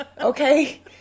okay